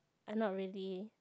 I not really